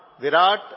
Virat